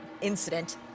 incident